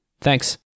Thanks